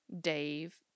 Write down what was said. Dave